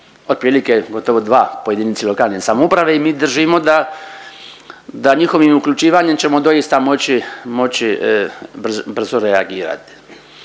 otprilike gotovo 2 po jedini lokalne samouprave i mi držimo da njihovim uključivanjem ćemo doista moći brzo reagirati.